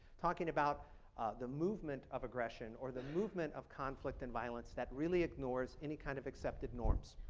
talking about the movement of aggression or the movement of conflict and violence that really ignores any kind of accepted norms.